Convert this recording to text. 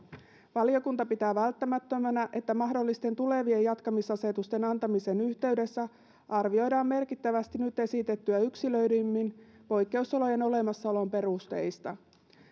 valiokunta pitää välttämättömänä että mahdollisten tulevien jatkamisasetusten antamisen yhteydessä arvioidaan merkittävästi nyt esitettyä yksilöidymmin poikkeusolojen olemassaolon perusteista